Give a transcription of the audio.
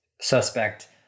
suspect